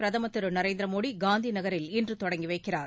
பிரதமா் திரு நரேந்திர மோடி காந்திநகரில் இன்று தொடங்கி வைக்கிறார்